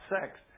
sex